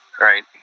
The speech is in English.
right